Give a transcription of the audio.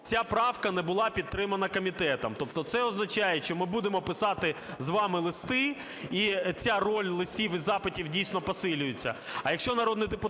ця правка не була підтримана комітетом. Тобто це означає, чи ми будемо писати з вами листи, і ця роль листів і запитів, дійсно, посилюється.